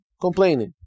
complaining